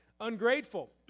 Ungrateful